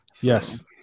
Yes